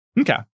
Okay